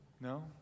No